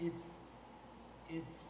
it is